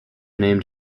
named